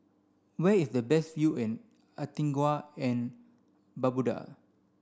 where is the best view in Antigua and Barbuda